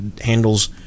handles